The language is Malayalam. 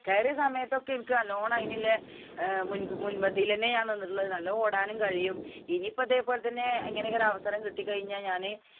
കയറിയ സമയത്തൊക്കെ എനിക്ക് നല്ലവണ്ണം അതിനുള്ള മുൻപന്തിയില് തന്നെയാണ് ഞാൻ നിന്നിട്ടുള്ളത് നല്ല ഓടാനും കഴിയും ഇനിയിപ്പോ ഇതേപോലെ തന്നെ ഇങ്ങനെയൊക്കെ ഒരവസരം കിട്ടിക്കഴിഞ്ഞാല് ഞാന്